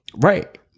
Right